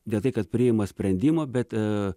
ne tai kad priima sprendimą bet